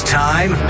time